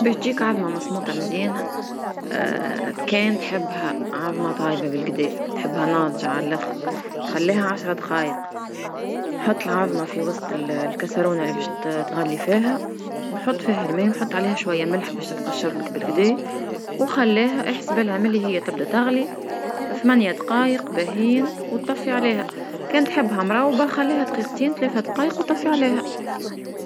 باش جيك عضمة مسموطا مزيانة كان تحب عضمة طايبة بلقدا تحبها ناضجة على لخر خليها عشرة دقائق، حط العظمة في وسط الكسرونة اللي باش ت- تغلي فيها ونحط فيها الماء ونحط عليها شوية ملح باش تقشرلك بلقدا وخليها أحسبلها ملي هيا تبدا تغلي ثمانية دقائق بهين وتطفي عليها، كان تحبها مروبة خليها دقيقتين ثلاثة دقائق وتطفي عليها.